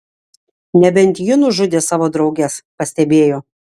nebent ji nužudė savo drauges pastebėjo